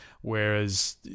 Whereas